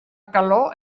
calor